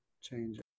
change